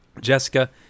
Jessica